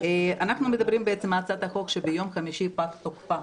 אנחנו מדברים על הצעת חוק שביום חמישי פג תוקפה.